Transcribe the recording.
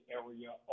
area